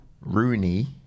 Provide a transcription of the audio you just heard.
Rooney